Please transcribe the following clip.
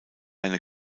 eine